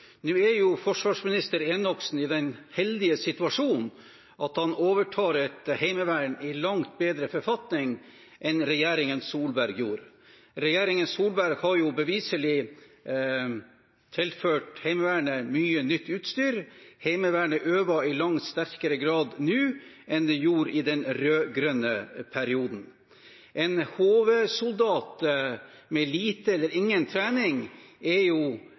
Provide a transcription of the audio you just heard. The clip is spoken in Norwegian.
Nå er forsvarsminister Enoksen i den heldige situasjon at han overtar et heimevern i langt bedre forfatning enn regjeringen Solberg gjorde. Regjeringen Solberg har beviselig tilført Heimevernet mye nytt utstyr, Heimevernet øver i langt sterkere grad nå enn det gjorde i den rød-grønne perioden. En HV-soldat med lite eller ingen trening er jo